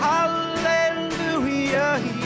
Hallelujah